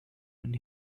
when